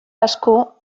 asko